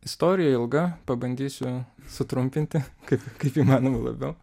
istorija ilga pabandysiu sutrumpinti kaip kaip įmanoma labiau